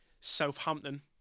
Southampton